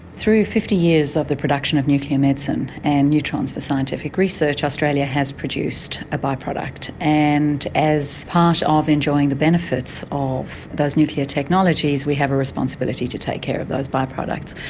through fifty years of the production of nuclear medicine and neutrons for scientific research, australia has produced a by-product. and as part of enjoying the benefits of those nuclear technologies we have a responsibility to take care of those by-products.